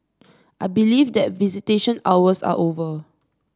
I believe that visitation hours are over